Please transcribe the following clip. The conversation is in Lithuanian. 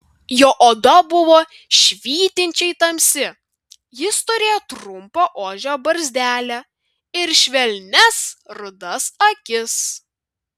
jo oda buvo švytinčiai tamsi jis turėjo trumpą ožio barzdelę ir švelnias rudas akis